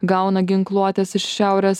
gauna ginkluotės iš šiaurės